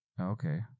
Okay